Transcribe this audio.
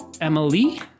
Emily